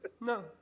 No